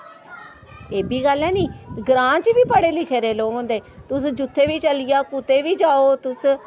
एह् बी गल्ल ऐ निं ग्रां च बी पढ़े लिखे दे लोक होंदे तुस जुत्थै बी चली जाओ कुतै बी जाओ तुस